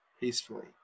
peacefully